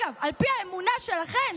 על פי האמונה שלכן,